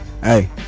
hey